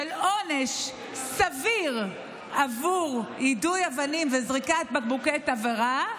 עונש סביר על יידוי אבנים וזריקת בקבוקי תבערה,